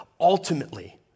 ultimately